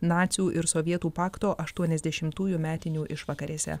nacių ir sovietų pakto aštuoniasdešimtųjų metinių išvakarėse